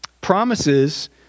Promises